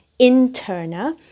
interna